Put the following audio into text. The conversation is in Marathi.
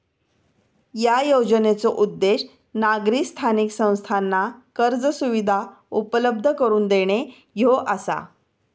या योजनेचो उद्देश नागरी स्थानिक संस्थांना कर्ज सुविधा उपलब्ध करून देणे ह्यो आसा